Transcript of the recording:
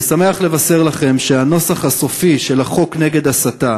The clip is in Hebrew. אני שמח לבשר לכם שהנוסח הסופי של החוק נגד הסתה